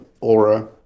Aura